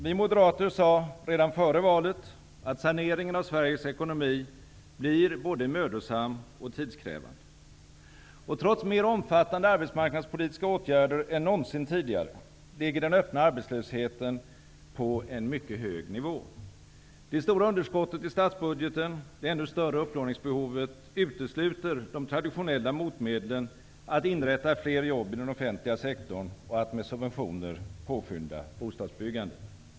Vi moderater sade redan före valet att saneringen av Sveriges ekonomi blir både mödosam och tidskrävande. Trots mer omfattande arbetsmarknadspolitiska åtgärder än någonsin tidigare ligger den öppna arbetslösheten på en mycket hög nivå. Det stora underskottet i statsbudgeten och det ännu större upplåningsbehovet utesluter de traditionella motmedlen att inrätta fler jobb i den offentliga sektorn och att med subventioner påskynda bostadsbyggandet.